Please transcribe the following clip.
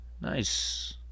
Nice